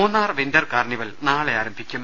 Munnar winter carnival നാളെ ആരംഭിക്കും